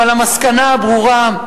המסקנה הברורה,